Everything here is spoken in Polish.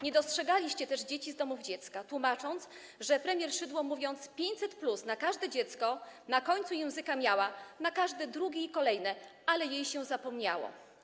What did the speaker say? Nie dostrzegaliście też dzieci z domów dziecka, tłumacząc, że premier Szydło, mówiąc: 500+ na każde dziecko, na końcu języka miała: na każde drugie i kolejne, ale jej się zapomniało.